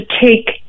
take